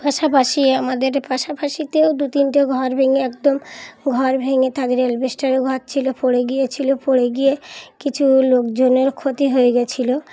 পাশাপাশি আমাদের পাশাপাশিতেও দু তিনটে ঘর ভেঙে একদম ঘর ভেঙে তাদের অ্যাসবেস্টারের ঘর ছিলো পড়ে গিয়েছিলো পড়ে গিয়ে কিছু লোকজনের ক্ষতি হয়ে গিয়েছিলো